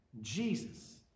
Jesus